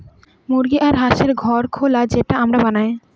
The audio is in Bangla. মুরগি আর হাঁসদের ঘর খোলা যেটা আমরা বানায়